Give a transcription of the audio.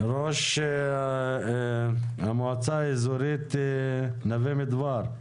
ראש המועצה האזורית נווה מדבר.